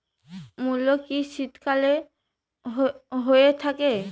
মূলো কি শীতকালে হয়ে থাকে?